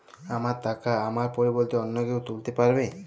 আমার টাকা আমার পরিবর্তে অন্য কেউ তুলতে পারবে?